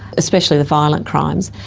especially the violent crimes,